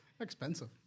Expensive